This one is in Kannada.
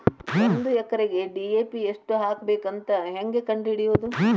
ಒಂದು ಎಕರೆಗೆ ಡಿ.ಎ.ಪಿ ಎಷ್ಟು ಹಾಕಬೇಕಂತ ಹೆಂಗೆ ಕಂಡು ಹಿಡಿಯುವುದು?